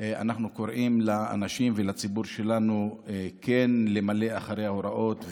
אנחנו קוראים לאנשים ולציבור שלנו כן למלא אחרי ההוראות,